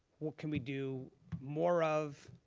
what can we do more of?